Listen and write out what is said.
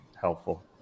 helpful